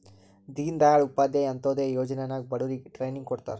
ದೀನ್ ದಯಾಳ್ ಉಪಾಧ್ಯಾಯ ಅಂತ್ಯೋದಯ ಯೋಜನಾ ನಾಗ್ ಬಡುರಿಗ್ ಟ್ರೈನಿಂಗ್ ಕೊಡ್ತಾರ್